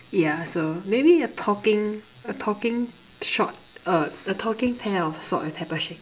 yeah so maybe a talking a talking shot uh a talking pair of salt and pepper shakers